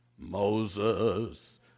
Moses